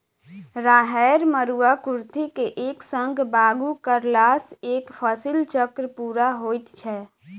राहैड़, मरूआ, कुर्थी के एक संग बागु करलासॅ एक फसिल चक्र पूरा होइत छै